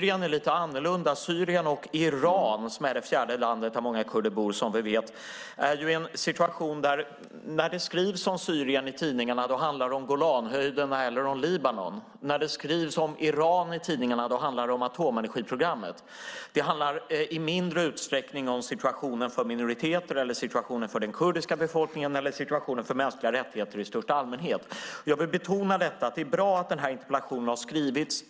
I Syrien och Iran, som är det fjärde land där många kurder bor, är det annorlunda. När det skrivs om Syrien i tidningarna handlar det om Golanhöjderna eller Libanon. När det skrivs om Iran i tidningarna handlar det om atomenergiprogrammet. Det handlar i mindre utsträckning om situationen för minoriteter, situationen för den kurdiska befolkningen eller situationen för mänskliga rättigheter i största allmänhet. Jag vill betona att det är bra att denna interpellation har ställts.